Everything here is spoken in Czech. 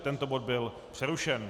Tento bod byl přerušen.